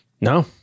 No